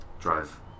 drive